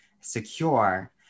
secure